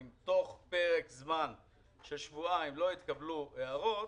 אם תוך פרק זמן של שבועיים לא יתקבלו הערות,